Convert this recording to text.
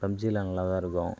பப்ஜிலான் நல்லாதான் இருக்கும்